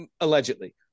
allegedly